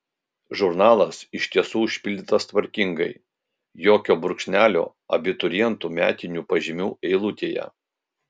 žurnalas iš tiesų užpildytas tvarkingai jokio brūkšnelio abiturientų metinių pažymių eilutėje